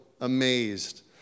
amazed